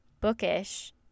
bookish